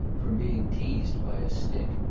from being teazed by a stick,